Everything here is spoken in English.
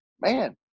man